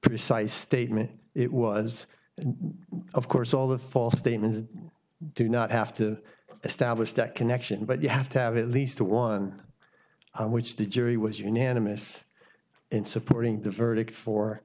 precise statement it was and of course all the false statements do not have to establish that connection but you have to have at least one on which the jury was unanimous in supporting the verdict for